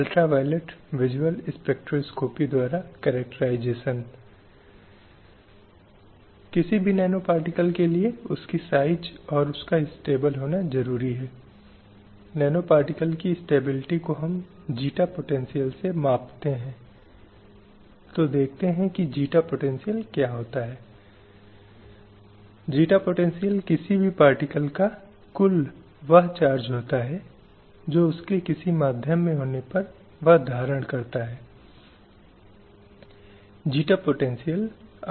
इसलिए लैंगिक न्याय को प्राप्त करने के लिए यह महत्वपूर्ण है कि महिलाओं को पूरी प्रक्रिया का हिस्सा बनाया जाए राज्य को महिलाओं के अधिकारों को सुनिश्चित करने के लिए आवश्यक प्रयास करने होंगे अपने अवसरों और संसाधनों के संदर्भ में ताकि वे रोजगार के मामले में शिक्षा के मामले में अन्य पहलुओं के मामले में सुनिश्चित कर सकें कि उनके साथ भेदभाव नहीं किया जाता है लेकिन उसे वह दिया जाता है जिसके लिए वह हकदार है